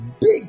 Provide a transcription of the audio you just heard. big